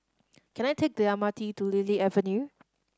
can I take the M R T to Lily Avenue